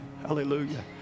hallelujah